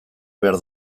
behar